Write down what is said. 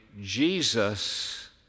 Jesus